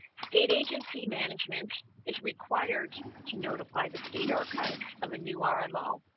state agency management is required to notify the state archives of a new ah rmo